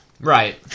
Right